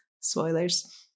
spoilers